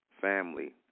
family